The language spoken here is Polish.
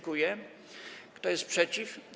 Kto jest przeciw?